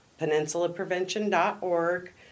PeninsulaPrevention.org